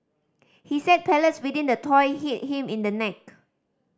he said pellets within the toy hit him in the neck